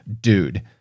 dude